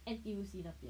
N_T_U_C 那边 ah